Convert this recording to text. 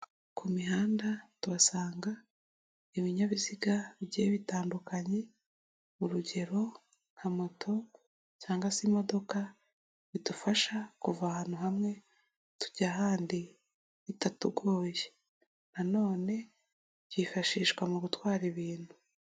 Ku mihanda tuhasanga ibinyabiziga bigiye bitandukanye urugero nka moto cyangwag se imodoka bidufasha kuva ahantu hamwe tujya ahandi bitatugoye, nanone byifashishwa mu gutwara ibintu.